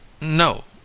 no